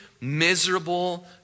miserable